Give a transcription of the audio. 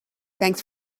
thanks